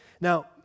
Now